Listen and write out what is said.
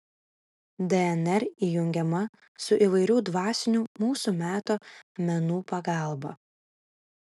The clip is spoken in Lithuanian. dnr įjungiama su įvairių dvasinių mūsų meto menų pagalba